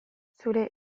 zure